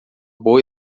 boa